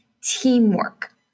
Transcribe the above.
teamwork